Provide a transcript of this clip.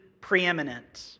preeminent